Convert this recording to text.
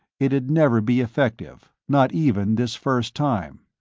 it'd never be effective, not even this first time.